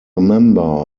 member